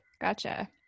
Gotcha